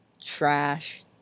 trash